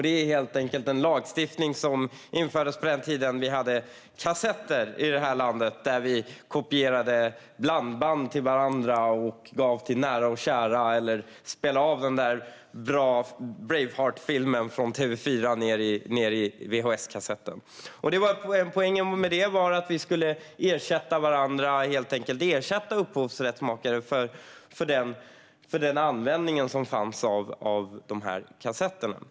Det är helt enkelt en lagstiftning som infördes på den tiden vi hade kassetter i det här landet där vi kopierade blandband till varandra och gav till nära och kära eller spelade av den där bra Braveheartfilmen från TV4 ned i vhs-kassetten. Poängen med det var att vi helt enkelt skulle ersätta upphovsrättshavare för den användning som fanns av kassetterna.